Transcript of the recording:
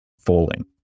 falling